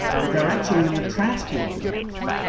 but they were actually in the transport business,